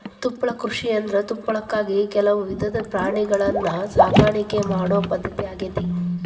ತುಪ್ಪಳ ಕೃಷಿಯಂದ್ರ ತುಪ್ಪಳಕ್ಕಾಗಿ ಕೆಲವು ವಿಧದ ಪ್ರಾಣಿಗಳನ್ನ ಸಾಕಾಣಿಕೆ ಮಾಡೋ ಪದ್ಧತಿ ಆಗೇತಿ